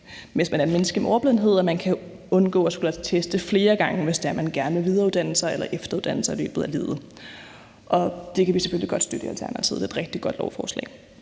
hvis man er et menneske med ordblindhed, kan undgå at skulle lade sig teste flere gange, hvis det er sådan, at man gerne vil videreuddanne sig eller efteruddanne sig i løbet af livet, og det kan vi selvfølgelig godt støtte i Alternativet. Det er et rigtig godt lovforslag.